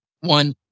one